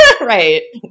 Right